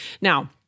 Now